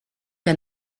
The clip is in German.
der